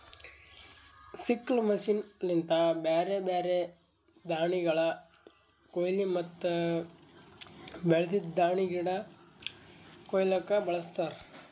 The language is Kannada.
ಸಿಕ್ಲ್ ಮಷೀನ್ ಲಿಂತ ಬ್ಯಾರೆ ಬ್ಯಾರೆ ದಾಣಿಗಳ ಕೋಯ್ಲಿ ಮತ್ತ ಬೆಳ್ದಿದ್ ದಾಣಿಗಿಡ ಕೊಯ್ಲುಕ್ ಬಳಸ್ತಾರ್